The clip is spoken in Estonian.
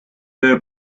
töö